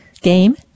game